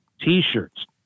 T-shirts